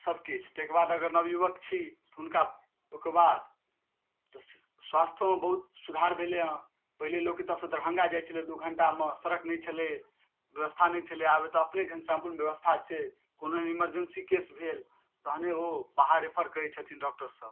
सबकिछु तैकेबाद अगर नवयुवक छी हुनका ओइके बाद तऽ स्वास्थोमे बहुत सुधार भेलै हाँ पहिले लोक एतएसँ दरभङ्गा जाइ छलै दू घण्टामे सड़क नहि छलै व्यवस्था नहि छलै आब एतए अपने घनश्यामपुरमे व्यवस्था छै कोनो एहन इमरजेन्सी केस भेल तहने ओ बाहर रेफर करै छथिन डॉक्टर सब